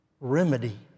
remedy